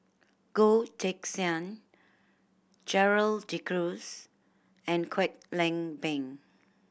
Goh Teck Sian Gerald De Cruz and Kwek Leng Beng